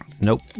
Nope